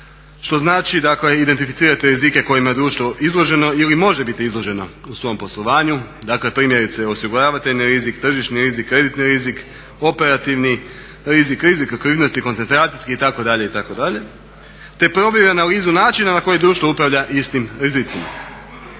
Što znači dakle identificirati rizike kojima je društvo izloženo ili može biti izloženo u svom poslovanju, dakle primjerice osiguravateljni rizik, tržišni rizik, kreditni rizik, operativni rizik, rizik …/Govornik se ne razumije./… koncentracijski itd. itd. Te provjera analize načina na koji društvo upravlja istim rizicima.